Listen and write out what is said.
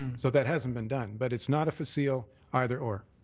and so that hasn't been done, but it's not a pass yeo either or.